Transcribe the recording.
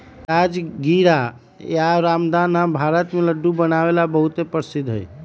राजगीरा या रामदाना भारत में लड्डू बनावे ला बहुत प्रसिद्ध हई